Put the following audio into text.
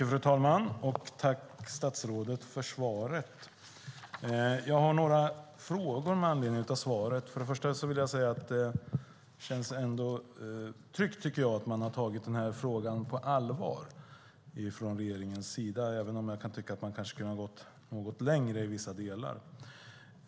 Fru talman! Tack statsrådet för svaret! Jag har några frågor med anledning av svaret. Först och främst vill jag säga att jag tycker att det ändå känns tryggt att man har tagit den här frågan på allvar från regeringens sida, även om jag kan tycka att man kanske kunde ha gått något längre i vissa delar.